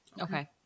Okay